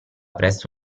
presso